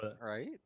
right